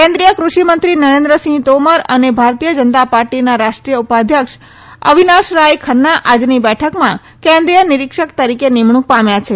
કેન્દ્રીય કૃષી મંત્રી નરેન્દ્રસિંહ તોમર અને ભારતીય જનતા પાર્ટીના રાષ્ટ્રીય ઉપાધ્યક્ષ અવિનાશરાય ખન્ના આજની બેઠકમાં કેન્દ્રીય નિરીક્ષક તરીકે નિમણૂંક પામ્યા છે